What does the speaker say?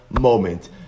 moment